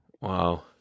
Wow